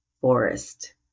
forest